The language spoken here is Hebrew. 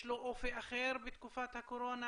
יש לו אופי אחר בתקופת הקורונה,